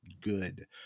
good